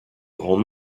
grand